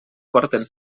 porten